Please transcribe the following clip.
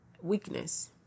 weakness